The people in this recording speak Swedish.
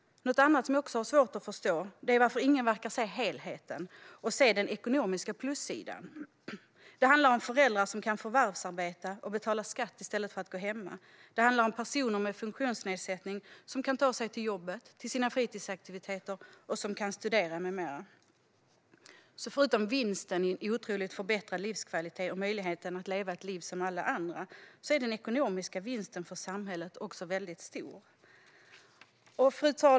Något annat jag har svårt att förstå är varför ingen verkar se helheten och den ekonomiska plussidan. Det handlar om föräldrar som kan förvärvsarbeta och betala skatt i stället för att gå hemma. Det handlar om personer med funktionsnedsättning som kan ta sig till jobbet och till sina fritidsaktiviteter, studera med mera. Förutom vinsten i form av en otroligt förbättrad livskvalitet och möjligheten att leva ett liv som alla andra är alltså den ekonomiska vinsten för samhället väldigt stor.